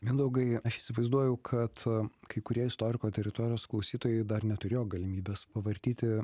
mindaugai aš įsivaizduoju kad kai kurie istoriko teritorijos klausytojui dar neturėjo galimybės pavartyti